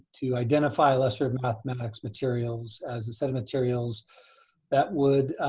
to identify illustrative mathematics materials as a set of materials that would